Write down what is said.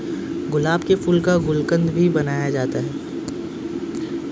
गुलाब के फूल का गुलकंद भी बनाया जाता है